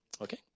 Okay